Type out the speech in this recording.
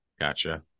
gotcha